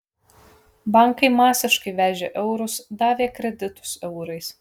bankai masiškai vežė eurus davė kreditus eurais